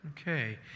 Okay